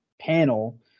panel